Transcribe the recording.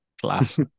Class